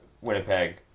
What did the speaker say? Winnipeg